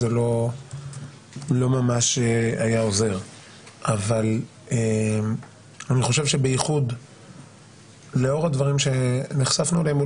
זה לא ממש היה עוזר אבל אני חושב שבייחוד לאור הדברים שנחשפנו אליהם,